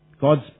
God's